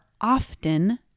often